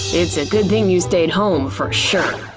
it's a good thing you stayed home, for sure.